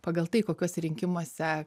pagal tai kokiuose rinkimuose